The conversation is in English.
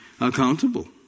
accountable